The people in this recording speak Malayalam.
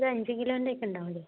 ഒരഞ്ച് കിലോൻ്റെയൊക്കെ ഉണ്ടാവില്ലേ